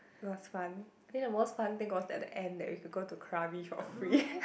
it was fun think the most fun thing was at the end that we can go to Krabi for free